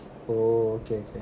oh okay K